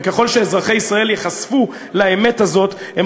וככל שאזרחי ישראל ייחשפו לאמת הזאת הם